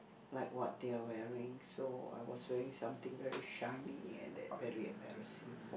like what they are wearing so I was wearing something very shiny and then very embarrassing